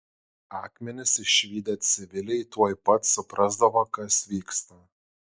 akmenis išvydę civiliai tuoj pat suprasdavo kas vyksta